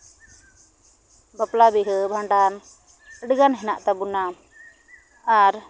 ᱵᱟᱯᱞᱟᱼᱵᱤᱦᱟᱹ ᱵᱷᱟᱸᱰᱟᱱ ᱟᱹᱰᱤᱜᱟᱱ ᱦᱮᱱᱟᱜ ᱛᱟᱵᱚᱱᱟ ᱟᱨ